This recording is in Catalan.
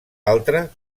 altra